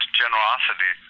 generosity